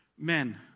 Men